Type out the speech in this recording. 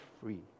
free